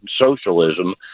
socialism